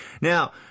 Now